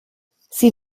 sie